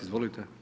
Izvolite.